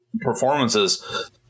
performances